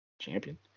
Champion